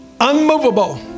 unmovable